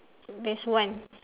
there's one